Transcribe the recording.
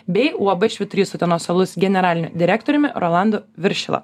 bei uab švyturys utenos alus generaliniu direktoriumi rolandu viršila